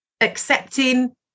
accepting